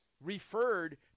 referred